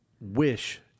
wish